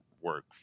work